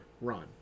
run